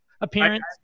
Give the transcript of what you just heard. appearance